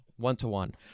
One-to-one